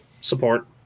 support